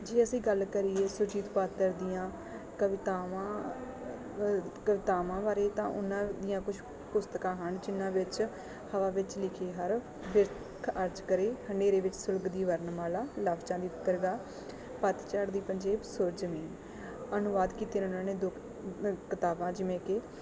ਜੇ ਅਸੀਂ ਗੱਲ ਕਰੀਏ ਸੁਰਜੀਤ ਪਾਤਰ ਦੀਆਂ ਕਵਿਤਾਵਾਂ ਕਵਿਤਾਵਾਂ ਬਾਰੇ ਤਾਂ ਉਹਨਾਂ ਦੀਆਂ ਕੁਛ ਪੁਸਤਕਾਂ ਹਨ ਜਿਹਨਾਂ ਵਿੱਚ ਹਵਾ ਵਿੱਚ ਲਿਖੇ ਹਰਫ ਬਿਰਖ ਅਰਜ ਕਰੇ ਹਨੇਰੇ ਵਿੱਚ ਸੁਲਗਦੀ ਵਰਨਮਾਲਾ ਲਫਜ਼ਾਂ ਦੀ ਪ੍ਰਗਾ ਪੱਤਝੜ ਦੀ ਪੰਜੇਬ ਸੁਰਜਨੀ ਅਨੁਵਾਦ ਕੀਤੇ ਨੇ ਉਹਨਾਂ ਨੇ ਦੁੱਖ ਕਿਤਾਬਾਂ ਜਿਵੇਂ ਕਿ